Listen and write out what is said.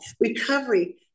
Recovery